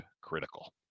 critical